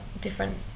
different